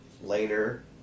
Later